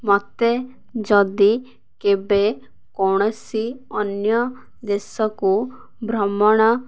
ମୋତେ ଯଦି କେବେ କୌଣସି ଅନ୍ୟ ଦେଶକୁ ଭ୍ରମଣ